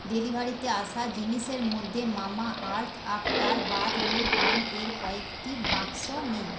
ডেলিভারিতে আসা জিনিসের মধ্যে Mamaearth after bath roll on এর কয়েকটি বাক্স নেই